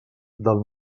del